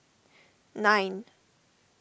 nine